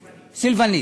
סילבניט.